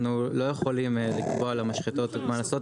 אנחנו לא יכולים לקבוע למשחטות מה לעשות,